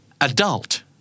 adult